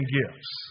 gifts